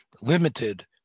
limited